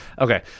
Okay